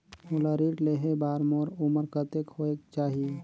मोला ऋण लेहे बार मोर उमर कतेक होवेक चाही?